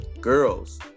girls